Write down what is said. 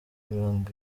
mirongo